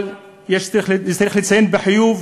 אבל צריך לציין לחיוב